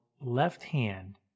left-hand